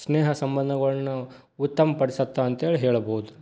ಸ್ನೇಹ ಸಂಬಂಧಗಳನ್ನ ಉತ್ತಮಪಡಿಸತ್ತೆ ಅಂತ್ಹೇಳಿ ಹೇಳಬಹುದು